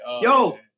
yo